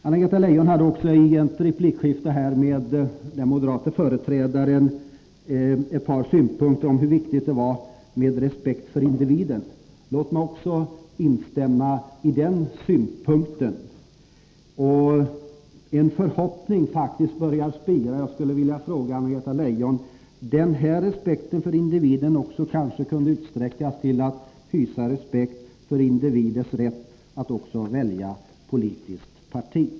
Anna-Greta Leijon hade också i ett replikskifte med en moderat företrädare en synpunkt på hur viktigt det var med respekt för individen. Låt mig instämma. En förhoppning börjar faktiskt spira, och jag skulle vilja fråga Anna-Greta Leijon: Kan denna respekt för individen kanske utsträckas till att också gälla individens rätt att välja politiskt parti?